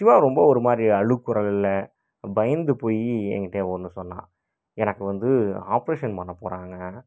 சிவா ரொம்ப ஒருமாதிரி அழுகைக் குரலில் பயந்து போய் என்கிட்டே ஒன்று சொன்னான் எனக்கு வந்து ஆப்ரேஷன் பண்ண போகிறாங்க